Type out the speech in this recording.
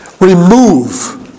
remove